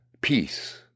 Peace